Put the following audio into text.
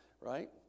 Right